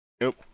Nope